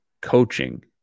coaching